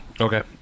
Okay